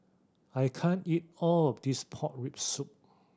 I can't eat all of this pork rib soup